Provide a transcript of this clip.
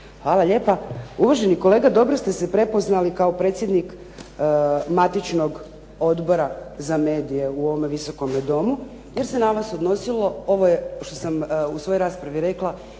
Hvala lijepa. Uvaženi kolega, dobro ste se prepoznali kao predsjednik matičnog Odbora za medije u ovome Visokome domu, jer se na vas odnosilo, ovo je što sam u svojoj raspravi rekla